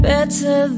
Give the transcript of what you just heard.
Better